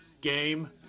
game